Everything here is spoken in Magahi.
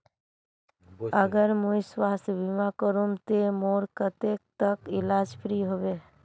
अगर मुई स्वास्थ्य बीमा करूम ते मोर कतेक तक इलाज फ्री होबे?